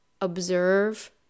observe